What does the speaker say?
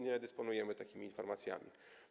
Nie dysponujemy takimi informacjami.